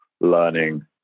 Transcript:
learning